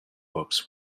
books